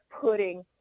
putting